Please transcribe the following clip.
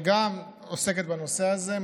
שעוסקת בנושא הזה,